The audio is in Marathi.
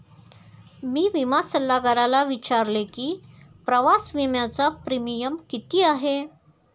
मी विमा सल्लागाराला विचारले की प्रवास विम्याचा प्रीमियम किती आहे?